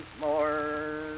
more